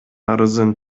арызын